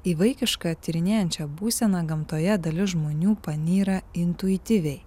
į vaikišką tyrinėjančią būseną gamtoje dalis žmonių panyra intuityviai